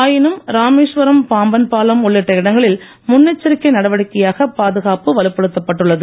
ஆயினும் ராமேஸ்வரம் பாம்பன் உள்ளிட்ட இடங்களில் பாலம் நடவடிக்கையாக பாதுகாப்பு வலுப்படுத்தப்பட்டுள்ளது